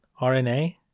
RNA